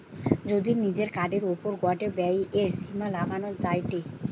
যদি নিজের কার্ডের ওপর গটে ব্যয়ের সীমা লাগানো যায়টে